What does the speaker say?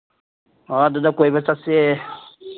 ꯑꯥ ꯑꯗꯨꯗ ꯀꯣꯏꯕ ꯆꯠꯁꯦ